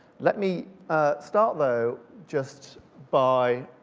let me start though just by